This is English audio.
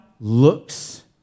looks